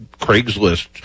Craigslist